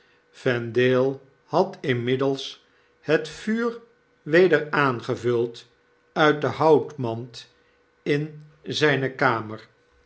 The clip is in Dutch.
vendale had inmiddels het vuur weder aangevuld uit de houtmand in zyne kamer